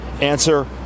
Answer